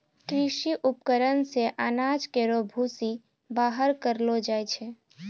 कृषि उपकरण से अनाज केरो भूसी बाहर करलो जाय छै